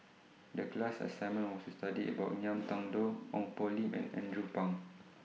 The class assignment was to study about Ngiam Tong Dow Ong Poh Lim and Andrew Phang